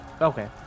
Okay